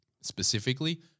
specifically